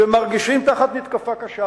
שמרגישים תחת מתקפה קשה,